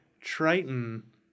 Triton